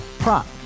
Prop